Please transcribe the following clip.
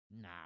Nah